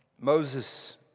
Moses